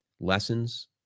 lessons